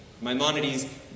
Maimonides